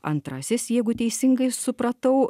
antrasis jeigu teisingai supratau